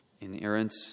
inerrant